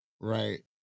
Right